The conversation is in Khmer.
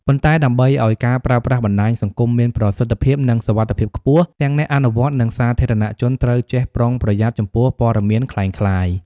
ប៉ុន្តែដើម្បីឲ្យការប្រើប្រាស់បណ្តាញសង្គមមានប្រសិទ្ធភាពនិងសុវត្ថិភាពខ្ពស់ ទាំងអ្នកអនុវត្ត និងសាធារណជនត្រូវចេះប្រុងប្រយ័ត្នចំពោះព័ត៌មានក្លែងក្លាយ។